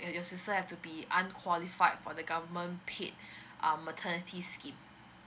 your sister have to be unqualified for the government paid um maternity scheme